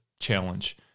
Challenge